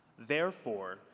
therefore,